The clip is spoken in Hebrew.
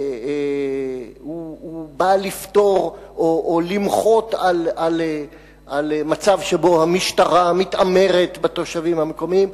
והוא בא לפתור או למחות על מצב שבו המשטרה מתעמרת בתושבים המקומיים,